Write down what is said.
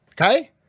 Okay